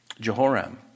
Jehoram